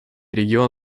регион